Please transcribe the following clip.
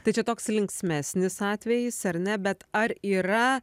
tai čia toks linksmesnis atvejis ar ne bet ar yra